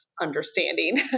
understanding